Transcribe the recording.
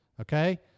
okay